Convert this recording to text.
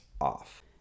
off